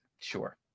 sure